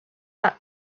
that